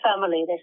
family